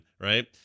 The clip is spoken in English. right